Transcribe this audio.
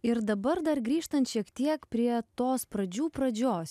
ir dabar dar grįžtant šiek tiek prie tos pradžių pradžios